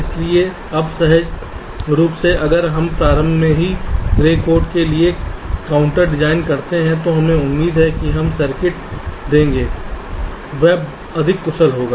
इसलिए अब सहज रूप से अगर हम प्रारंभ में ही ग्रे कोड के लिए काउंटर डिज़ाइन करते हैं तो हमें उम्मीद है की हम सर्किट देंगे वह अधिक कुशल होगा